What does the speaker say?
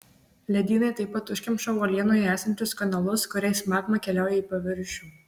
ledynai taip pat užkemša uolienoje esančius kanalus kuriais magma keliauja į paviršių